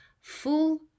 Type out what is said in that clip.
Full